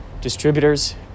distributors